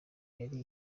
yari